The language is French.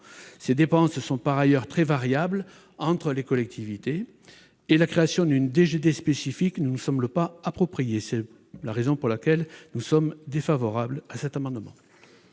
qui, par ailleurs, sont très variables selon les collectivités. En outre, la création d'une DGD spécifique ne nous semble pas appropriée. C'est la raison pour laquelle nous sommes défavorables à cet amendement.